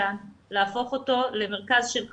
משפחות אומנה שנעמיד לטובת המשך הגידול שלו.